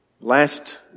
Last